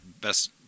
best